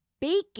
Bacon